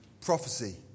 prophecy